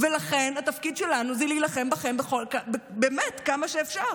לכן התפקיד שלנו הוא להילחם בכם באמת כמה שאפשר.